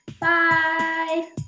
Bye